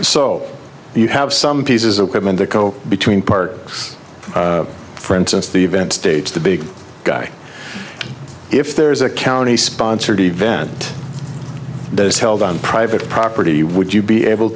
so you have some pieces of equipment that go between parks for instance the event states the big guy if there is a county sponsored event that is held on private property would you be able